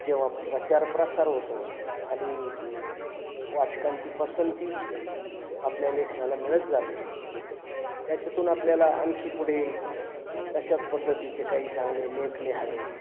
जेव्हा प्रचारप्रसार होतो आणि वाचकांची पसंती आपल्या लेखनाला मिळत जाते त्याच्यातून आपल्याला आणखी पुढे तशाच पद्धतीचे काही चांगले लेख लिहावेत